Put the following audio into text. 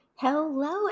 Hello